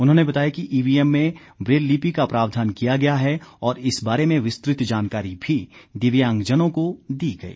उन्होंने बताया कि ईवीएम में ब्रेललिपी का प्रावधान किया गया है और इस बारे में विस्तृत जानकारी भी दिव्यांग जनों को दी गई